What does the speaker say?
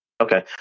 Okay